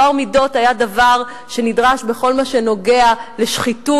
טוהר מידות היה דבר שנדרש בכל מה שנוגע לשחיתות,